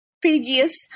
previous